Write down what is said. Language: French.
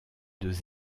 deux